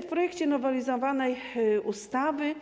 W projekcie nowelizowanej ustawy